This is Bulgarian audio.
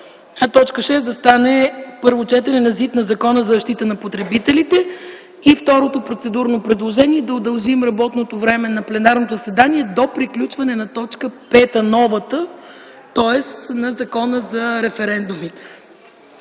Закона за изменение и допълнение на Закона за защита на потребителите. Второто процедурно предложение е да удължим работното време на пленарното заседание до приключване на т. 5, новата, тоест на Закона за референдумите.